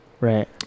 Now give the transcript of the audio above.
right